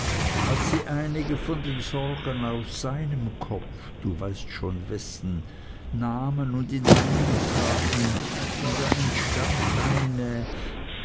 als sie einige von den sorgen aus seinem kopf du weißt schon wessen nahmen und in meinen taten da entstand eine